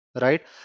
right